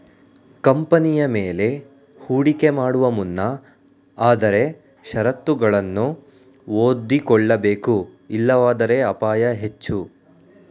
ಕಂಪನಿಯ ಮೇಲೆ ಹೂಡಿಕೆ ಮಾಡುವ ಮುನ್ನ ಆದರೆ ಶರತ್ತುಗಳನ್ನು ಓದಿಕೊಳ್ಳಬೇಕು ಇಲ್ಲವಾದರೆ ಅಪಾಯ ಹೆಚ್ಚು